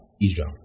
Israel